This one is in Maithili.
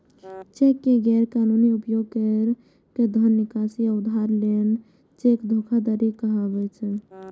चेक के गैर कानूनी उपयोग कैर के धन निकासी या उधार लेना चेक धोखाधड़ी कहाबै छै